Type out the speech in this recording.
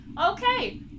Okay